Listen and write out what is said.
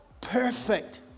perfect